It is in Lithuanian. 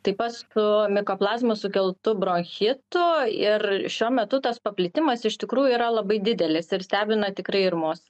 taip pat su mikoplazmų sukeltu bronchitu ir šiuo metu tas paplitimas iš tikrųjų yra labai didelis ir stebina tikrai ir mus